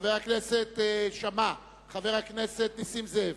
חבר הכנסת שאמה, חבר הכנסת נסים זאב,